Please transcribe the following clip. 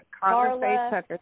Carla